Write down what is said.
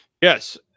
Yes